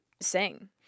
sing